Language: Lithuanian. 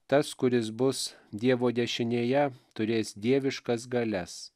tas kuris bus dievo dešinėje turės dieviškas galias